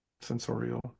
sensorial